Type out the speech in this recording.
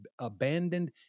abandoned